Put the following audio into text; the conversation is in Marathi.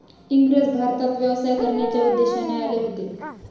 इंग्रज भारतात व्यवसाय करण्याच्या उद्देशाने आले होते